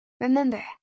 Remember